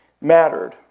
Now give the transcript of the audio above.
mattered